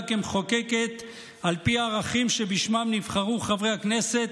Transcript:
כמחוקקת על פי הערכים שבשמם נבחרו חברי הכנסת,